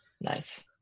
Nice